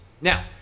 Now